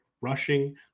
rushing